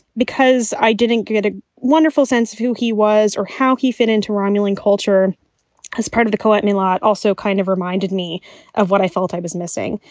because i didn't get a wonderful sense of who he was or how he fit into romulan culture as part of the co-op. me a lot also kind of reminded me of what i felt i was missing.